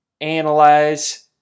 analyze